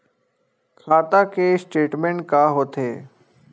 खाता के स्टेटमेंट का होथे?